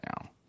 now